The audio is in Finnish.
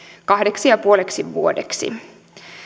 kahdeksi ja puoleksi vuodeksi